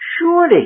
Surely